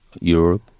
Europe